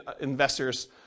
investors